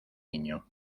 niño